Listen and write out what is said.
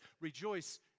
Rejoice